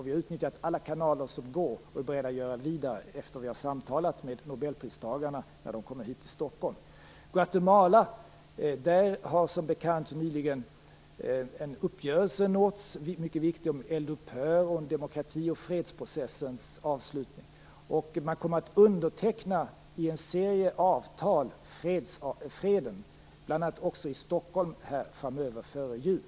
Vi har utnyttjar alla kanaler, och vi är beredda att gå vidare efter att vi har samtalat med Nobelpristagarna när de kommer hit till Stockholm. I Guatemala har som bekant en uppgörelse nyligen uppnåtts. Det är en mycket viktig överenskommelse om eldupphör, om demokrati och om fredsprocessens avslutning. Man kommer att underteckna en serie avtal om freden, bl.a. också här i Stockholm före jul.